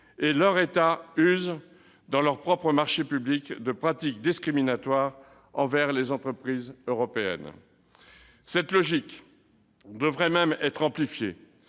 si leurs États usent, dans leurs propres marchés publics, de pratiques discriminatoires envers les entreprises européennes. Cette logique devrait même être amplifiée,